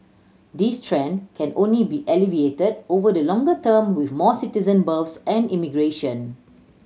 this trend can only be alleviated over the longer term with more citizen births and immigration